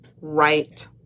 right